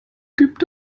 gibt